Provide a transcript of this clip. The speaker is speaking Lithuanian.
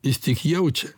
jis tik jaučia